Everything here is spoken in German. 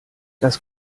das